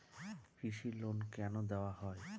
কৃষি লোন কেন দেওয়া হয়?